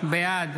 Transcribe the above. בעד